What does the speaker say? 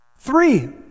Three